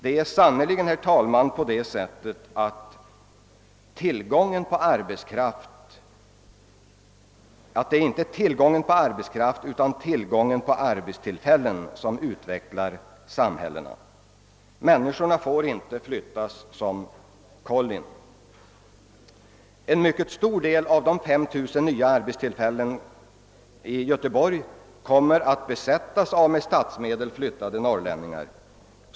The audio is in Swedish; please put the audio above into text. Det är sannerligen inte tillgången på arbetskraft utan tillgången på arbetstillfällen som utvecklar sam hällena. Människorna får inte flyttas som kollin. Många av de 5 000 arbetare som nu kommer att beredas sysselsättning i Göteborg kommer att vara av statsmedel flyttade norrlänningar.